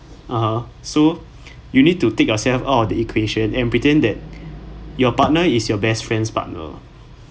(uh huh) so you need to take yourself out of the equation and pretend that your partner is your best friend's partner